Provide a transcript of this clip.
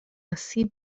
ainsi